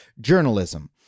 journalism